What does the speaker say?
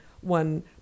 one